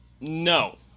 no